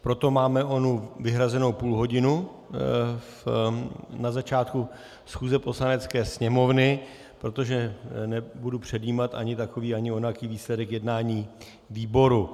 Proto máme vyhrazenou onu půlhodinu na začátku schůze Poslanecké sněmovny, protože nebudu předjímat ani takový, ani onaký výsledek jednání výboru.